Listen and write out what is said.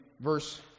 verse